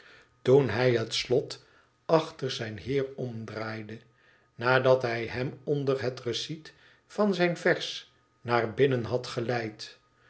toen hij het slot achter zijn heer omdraaide nadat hij hem onder het reciet van zijn vers naar binnen had geleid